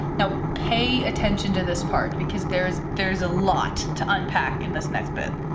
now pay attention to this part because there's there's a lot to unpack in this next bit.